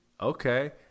okay